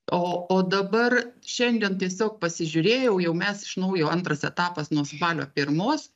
o o dabar šiandien tiesiog pasižiūrėjau jau mes iš naujo antras etapas nuo spalio pirmos